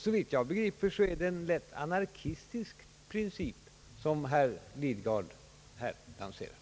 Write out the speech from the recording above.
Såvitt jag begriper är det en lätt anarkistisk princip som herr Lidgard här vill lansera.